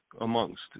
amongst